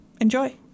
enjoy